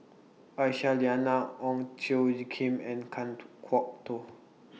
Aisyah Lyana Ong Tjoe Kim and Kan Kwok Toh